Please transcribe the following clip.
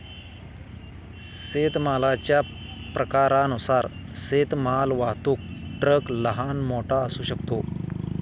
शेतमालाच्या प्रकारानुसार शेतमाल वाहतूक ट्रक लहान, मोठा असू शकतो